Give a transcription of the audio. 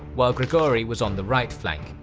while gregory was on the right flank,